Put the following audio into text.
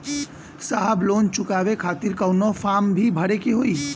साहब लोन चुकावे खातिर कवनो फार्म भी भरे के होइ?